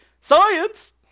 SCIENCE